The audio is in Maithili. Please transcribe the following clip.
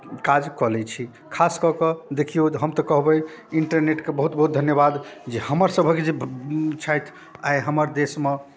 काज कऽ लैत छी खास कऽ कऽ देखियौ हम तऽ कहबै इंटरनेटके बहुत बहुत धन्यवाद जे हमरसभक जे छथि आइ हमर देशमे